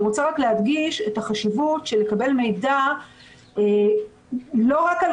אני רוצה להדגיש את החשיבות לקבל מידע לא רק על